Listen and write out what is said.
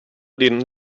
din